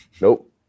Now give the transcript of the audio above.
Nope